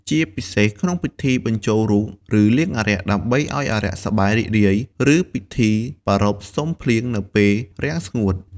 ជាពិសេសក្នុងពិធីបញ្ចូលរូបឬលៀងអារក្ស ដើម្បីឲ្យអារក្សសប្បាយរីករាយ ឬពិធីប្រារព្ធសុំភ្លៀងនៅពេលរាំងស្ងួត។